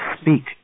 speak